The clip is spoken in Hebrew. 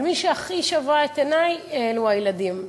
אבל מי שהכי שבו את עיני אלו הילדים,